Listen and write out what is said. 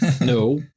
No